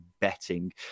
betting